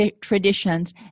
traditions